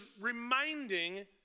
reminding